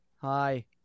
Hi